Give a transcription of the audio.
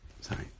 Sorry